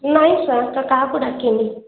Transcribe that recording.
ନାଇଁ ସାର୍ କାହାକୁ ଡାକିନି